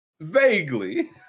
Vaguely